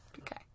Okay